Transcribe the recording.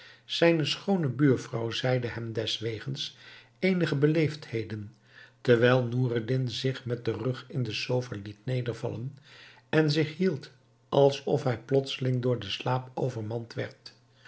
zijne schoone buurvrouw zeide hem deswegens eenige beleefdheden terwijl noureddin zich met den rug in de sofa liet nedervallen en zich hield alsof hij plotseling door den slaap overmand werd